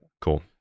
cool